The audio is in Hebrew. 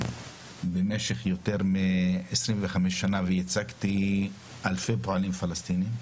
במשך יותר מ-25 שנה עסקתי בנושא וייצגתי אלפי פועלים פלסטינים,